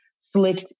slicked